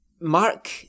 Mark